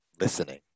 listening